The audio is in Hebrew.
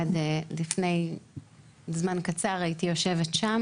עד לפני זמן קצר הייתי יושבת שם,